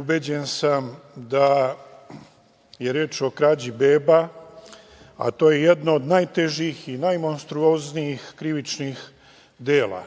ubeđen da je reč o krađi beba, a to je jedna od najtežih i najmonstruoznijih krivičnih dela.